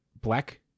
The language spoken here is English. black